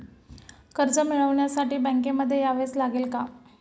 कर्ज मिळवण्यासाठी बँकेमध्ये यावेच लागेल का?